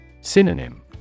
Synonym